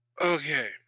Okay